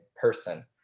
person